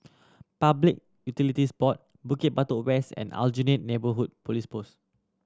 Public Utilities Board Bukit Batok West and Aljunied Neighbourhood Police Post